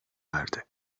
verdi